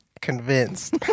convinced